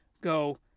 go